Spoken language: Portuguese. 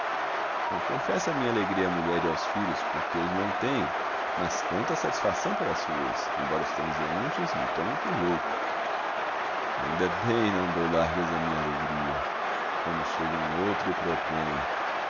não confesso a minha alegria à mulher e aos filhos porque os não tenho mas canto a satisfação pelas ruas embora os transeuntes me tomem por louco ainda bem não dou largas à minha alegria quando chega um outro e propõe